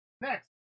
Next